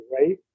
right